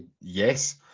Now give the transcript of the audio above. yes